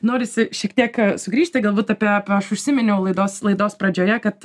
norisi šiek tiek sugrįžti galbūt apie apie aš užsiminiau laidos laidos pradžioje kad